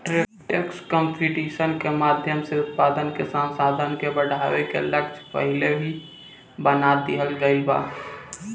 tax competition के माध्यम से उत्पादन के संसाधन के बढ़ावे के लक्ष्य पहिलही बना लिहल गइल बा